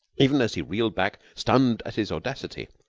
even as he reeled back stunned at his audacity,